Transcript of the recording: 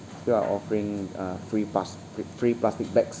still are offering uh free pass~ fr~ free plastic bags